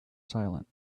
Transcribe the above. silent